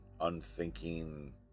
unthinking